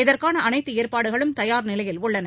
இதற்கான அனைத்து ஏற்பாடுகளும் தயார்நிலையில் உள்ளன